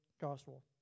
gospel